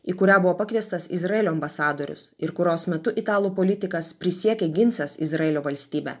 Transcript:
į kurią buvo pakviestas izraelio ambasadorius ir kurios metu italų politikas prisiekė ginsiąs izraelio valstybę